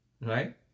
right